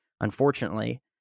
unfortunately